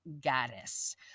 goddess